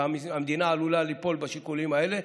והמדינה עלולה ליפול בשיקולים האלה,